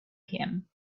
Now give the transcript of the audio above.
him